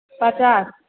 पचास